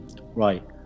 right